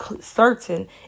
certain